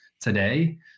today